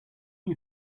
you